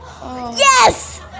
Yes